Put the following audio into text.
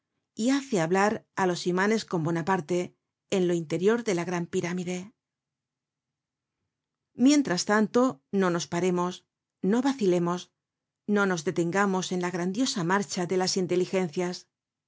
y hace hablar á los imanes con bonaparte en lo interior de la gran pirámide mientras tanto no nos paremos no vacilemos no nos detengamos en la grandiosa marcha de las inteligencias